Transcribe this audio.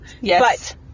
Yes